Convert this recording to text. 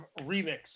remix